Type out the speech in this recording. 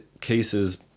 cases